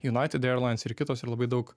united airlines ir kitos yra labai daug